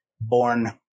born